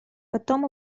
потом